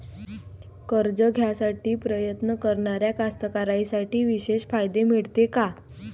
कर्ज घ्यासाठी प्रयत्न करणाऱ्या कास्तकाराइसाठी विशेष फायदे मिळते का?